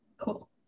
Cool